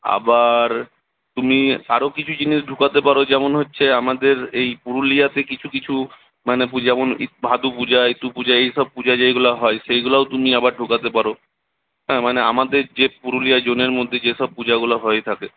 আবার তুমি আরও কিছু জিনিস ঢুকাতে পারো যেমন হচ্ছে আমাদের এই পুরুলিয়াতে কিছু কিছু মানে পূজা যেমন ভাদুপূজা ইতুপূজা এইসব পূজা যেগুলা হয় সেইগুলাও তুমি আবার ঢোকাতে পারো হ্যাঁ মানে আমাদের যে পুরুলিয়া জোনের মধ্যে যেসব পূজাগুলা হয়ে থাকে